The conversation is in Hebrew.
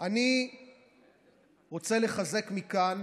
אני רוצה לחזק מכאן,